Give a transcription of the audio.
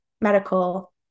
medical